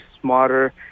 smarter